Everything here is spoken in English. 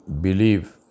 believe